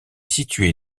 située